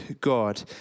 God